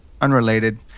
unrelated